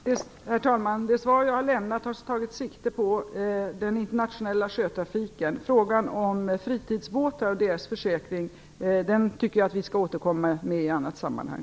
Herr talman! Det svar som jag lämnat tar sikte på den internationella sjötrafiken. Frågan om fritidsbåtar och deras försäkring tycker jag att vi får återkomma till i något annat sammanhang.